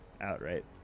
outright